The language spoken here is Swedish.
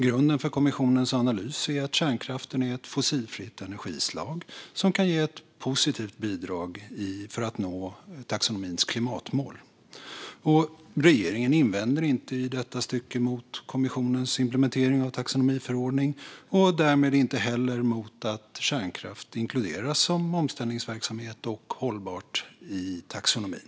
Grunden för kommissionens analys är att kärnkraften är ett fossilfritt energislag som kan ge ett positivt bidrag till arbetet med att nå taxonomins klimatmål. Regeringen invänder inte i detta stycke mot kommissionens implementering av taxonomiförordningen och därmed inte heller mot att kärnkraft inkluderas som omställningsverksamhet och hållbart i taxonomin.